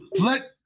let